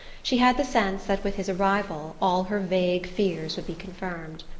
she had the sense that with his arrival all her vague fears would be confirmed.